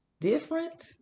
different